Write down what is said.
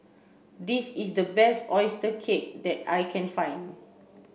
this is the best oyster cake that I can find